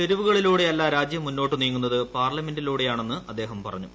തെരുവുകളിലൂടെയല്ല രാജ്യം മുന്നോട്ട് നീങ്ങുന്നത് പാർലമെന്റിലൂടെയാണെന്ന് അദ്ദേഹം പറഞ്ഞു